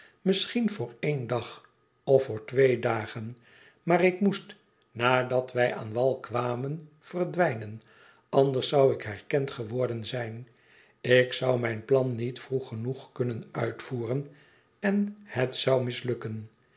misschien voor één dag of voor twee dagen maar ik moest nadat wij aan wal kwamen verdwijnen anders zou ik herkend geworden zijn ik zou mijn plan niet vroeg genoeg kunnen uitvoeren en het zou mislukken